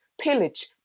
pillage